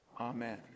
Amen